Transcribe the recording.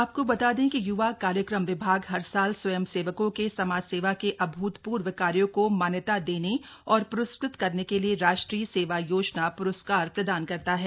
आपको बता दें कि य्वा कार्यक्रम विभाग हर साल स्वयंसेवकों के समाज सेवा के अभूतपूर्व कार्यों को मान्यता देने और प्रस्कृत करने के लिए राष्ट्रीय सेवा योजना प्रस्कार प्रदान करता है